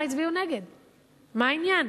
מה העניין?